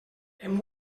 hem